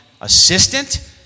assistant